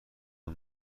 اون